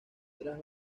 tras